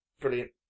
Brilliant